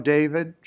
David